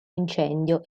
incendio